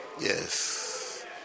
Yes